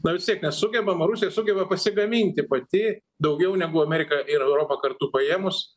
na vis tiek nesugebam rusija sugeba pasigaminti pati daugiau negu amerika ir europa kartu paėmus